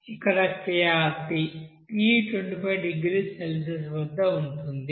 ఇక్కడ KRt t 25 డిగ్రీల Celsius వద్ద ఉంటుంది